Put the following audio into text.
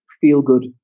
feel-good